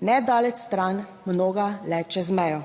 ne daleč stran, mnoga le čez mejo.